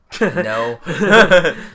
no